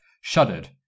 shuddered